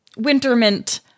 Wintermint